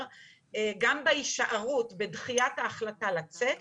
גם בהישארות ובדחיית ההחלטה לצאת מהבית,